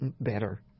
better